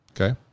Okay